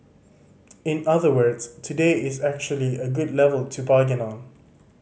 in other words today is actually a good level to bargain on